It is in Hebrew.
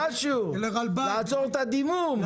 משהו לעצור את הדימום,